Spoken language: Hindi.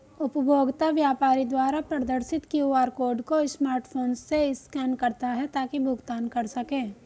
उपभोक्ता व्यापारी द्वारा प्रदर्शित क्यू.आर कोड को स्मार्टफोन से स्कैन करता है ताकि भुगतान कर सकें